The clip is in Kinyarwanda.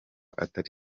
atari